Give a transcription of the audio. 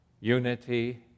unity